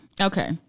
okay